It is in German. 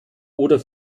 oder